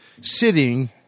sitting